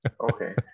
okay